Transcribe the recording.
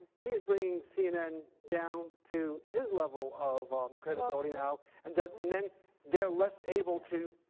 he is bringing cnn down to his level of um credibility now. and does and then they're less able to,